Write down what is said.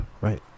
right